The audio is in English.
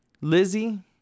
Lizzie